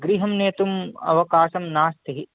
गृहं नेतुम् अवकाशः नास्तिः